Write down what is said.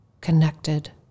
connected